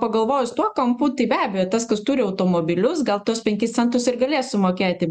pagalvojus tuo kampu tai be abejo tas kas turi automobilius gal tuos penkis centus ir galės sumokėti